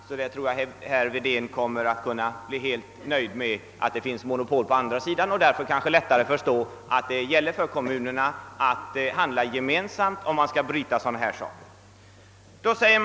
Därför tror jag att herr Wedén kommer att bli helt nöjd med att finna att det finns monopol även på andra sidan, och därmed kanske han får lättare att förstå att det gäller för kommunerna att handla gemensamt, om de skall bryta sådana monopols prissättning.